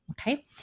Okay